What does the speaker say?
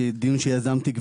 דיון שיזמתי.